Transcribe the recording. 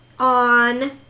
On